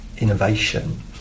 innovation